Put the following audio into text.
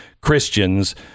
Christians